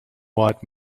white